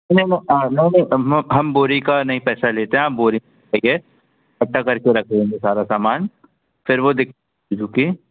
नहीं नहीं नहीं नहीं हम बोरी का नहीं पैसा लेते हम बोरी देंगे इकट्ठा कर के रख देंगे सारा सामान फिर वह दे रुकिए